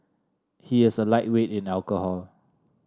he is a lightweight in alcohol